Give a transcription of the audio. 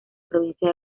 provincia